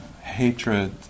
hatred